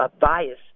bias